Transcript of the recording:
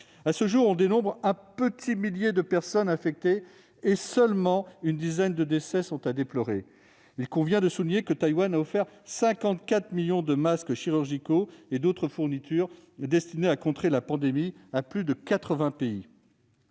À ce jour, on dénombre un petit millier de personnes infectées et on déplore seulement une dizaine de décès. Il convient de souligner que Taïwan a offert 54 millions de masques chirurgicaux et des fournitures destinées à contrer la pandémie à plus de 80 pays.